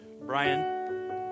Brian